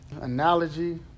analogy